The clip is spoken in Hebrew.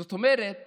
זאת אומרת